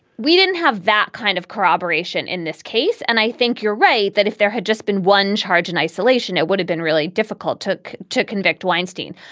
we didn't have that kind of corroboration in this case. and i think you're right that if there had just been one charge in isolation, it would have been really difficult took to convict weinstein.